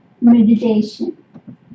meditation